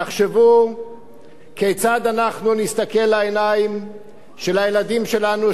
תחשבו כיצד אנחנו נסתכל לעיניים של הילדים שלנו,